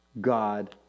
God